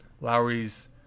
Lowry's